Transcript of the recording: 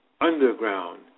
underground